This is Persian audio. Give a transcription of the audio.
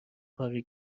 پاره